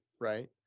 right